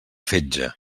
fetge